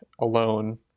alone